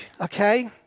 Okay